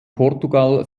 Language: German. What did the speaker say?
portugal